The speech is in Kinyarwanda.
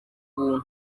buntu